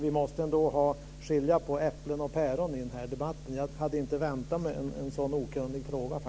Vi måste skilja mellan äpplen och päron i den här debatten. Jag hade faktiskt inte väntat mig en så okunnig fråga.